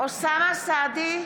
אוסאמה סעדי,